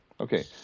Okay